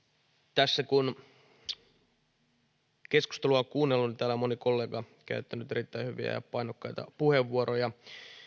kun tässä keskustelua on kuunnellut niin täällä on moni kollega käyttänyt erittäin hyviä ja painokkaita puheenvuoroja